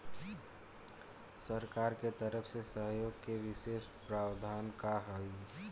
सरकार के तरफ से सहयोग के विशेष प्रावधान का हई?